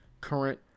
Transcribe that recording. current